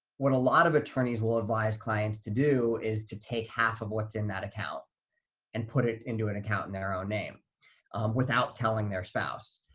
what a lot of attorneys will advise clients to do is to take half of what's in that account and put it into an account in their own name without telling their spouse.